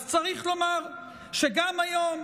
אז צריך לומר שגם היום,